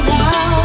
now